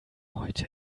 heute